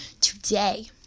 Today